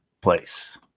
place